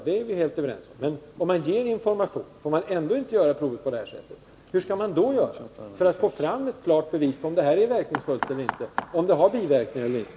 Men även om man ger information om medlet, får man inte göra provet på detta sätt. Hur skall man då göra för att få fram ett klart bevis — om medlet är verkningsfullt eller inte, om det har biverkningar eller inte?